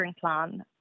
plan